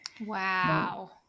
Wow